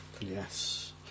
Yes